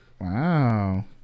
Wow